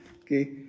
okay